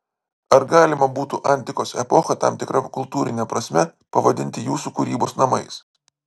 ar galima būtų antikos epochą tam tikra kultūrine prasme pavadinti jūsų kūrybos namais